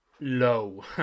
low